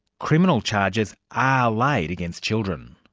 criminal charges are laid against children.